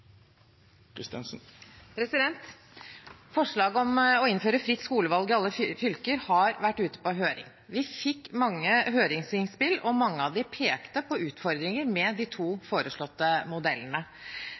om å innføre fritt skolevalg i alle fylker har vært ute på høring. Vi fikk mange høringsinnspill, og mange av dem pekte på